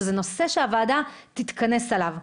שזה נושא שהוועדה תתכנס עליו.